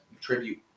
tribute